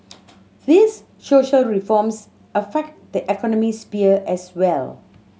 these social reforms affect the economic sphere as well